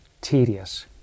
tedious